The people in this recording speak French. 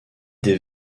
des